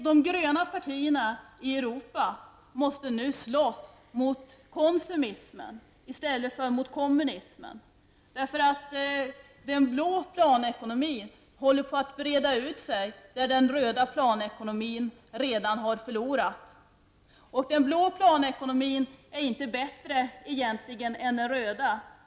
De gröna partierna i Europa måste nu slåss mot konsumismen i stället för mot kommunismen. Den blå planekonomin håller nämligen på att breda ut sig där den röda planekonomin redan har förlorat. Den blå planekonomin är egentligen inte bättre än den röda.